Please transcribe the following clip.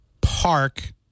Park